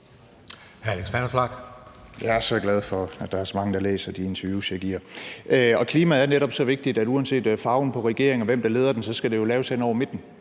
Jeg er så glad for, at der er så mange, der læser de interviews, jeg giver. Klimaet er netop så vigtigt, at uanset farven på regeringen og hvem, der leder den, skal det jo laves hen over midten